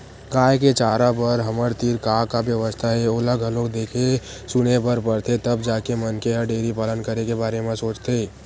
गाय के चारा बर हमर तीर का का बेवस्था हे ओला घलोक देखे सुने बर परथे तब जाके मनखे ह डेयरी पालन करे के बारे म सोचथे